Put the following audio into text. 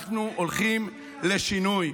אנחנו הולכים לשינוי.